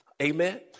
Amen